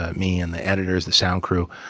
ah me and the editors, the sound crew,